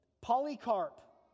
Polycarp